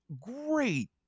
great